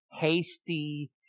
hasty